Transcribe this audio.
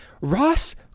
Ross